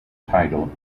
title